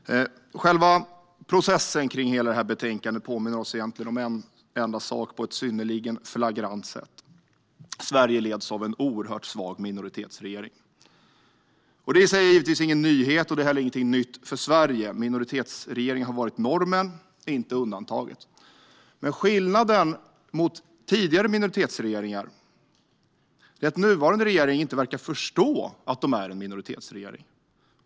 Herr talman! Processen kring detta betänkande påminner oss egentligen, på ett synnerligen flagrant sätt, om en enda sak: Sverige leds av en oerhört svag minoritetsregering. Detta är i sig ingen nyhet, och det är heller ingenting nytt för Sverige - minoritetsregeringar har varit normen, inte undantaget. Skillnaden mot tidigare minoritetsregeringar är att nuvarande regering inte verkar förstå att den är en minoritetsregering.